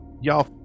y'all